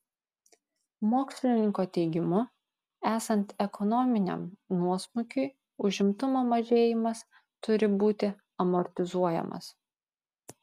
mokslininko teigimu esant ekonominiam nuosmukiui užimtumo mažėjimas turi būti amortizuojamas